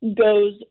goes